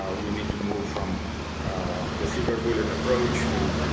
um we need to move from the silver bullet approach to